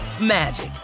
magic